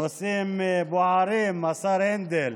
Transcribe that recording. בנושאים בוערים, השר הנדל,